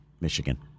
Michigan